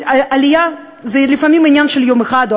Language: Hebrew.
עלייה זה לפעמים עניין של יום אחד או